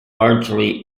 largely